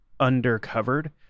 Undercovered